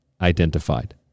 identified